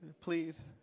Please